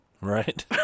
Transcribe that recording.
Right